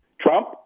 Trump